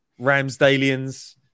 Ramsdalians